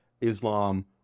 Islam